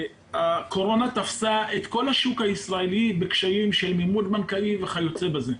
הקורונה תפסה את כל השוק הישראלי בקשיי מימון בנקאי וכיוצא בזה.